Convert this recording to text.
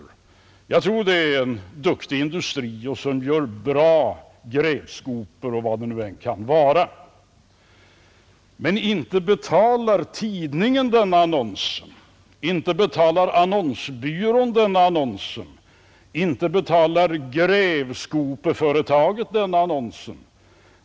Jag tror att det är en duktig industri som gör bra grävskopor och vad det nu kan vara. Men inte betalar tidningen denna annons, inte betalar annonsbyrån denna annons, inte betalar grävskopeföretaget denna annons.